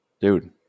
Dude